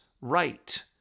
right